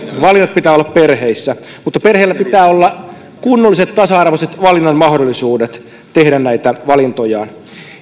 valintojen pitää olla perheissä mutta perheillä pitää olla kunnolliset tasa arvoiset valinnan mahdollisuudet tehdä näitä valintojaan